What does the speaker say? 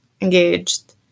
engaged